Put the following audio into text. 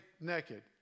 naked